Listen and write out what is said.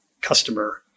customer